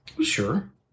Sure